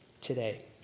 today